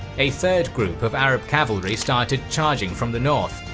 a third group of arab cavalry started charging from the north,